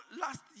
last